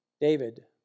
David